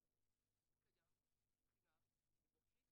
וזה משהו